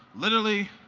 literally,